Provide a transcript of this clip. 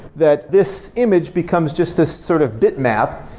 that this image becomes just this sort of bitmap.